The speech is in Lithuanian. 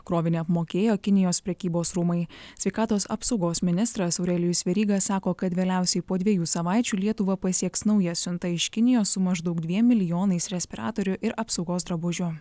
krovinį apmokėjo kinijos prekybos rūmai sveikatos apsaugos ministras aurelijus veryga sako kad vėliausiai po dviejų savaičių lietuvą pasieks nauja siunta iš kinijos su maždaug dviem milijonais respiratorių ir apsaugos drabužių